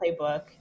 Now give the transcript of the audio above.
playbook